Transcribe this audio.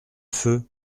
feu